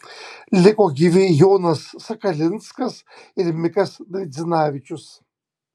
liko gyvi jonas sakalinskas ir mikas naidzinavičius